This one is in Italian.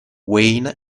wayne